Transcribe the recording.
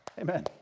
Amen